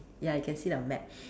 ya you can see the map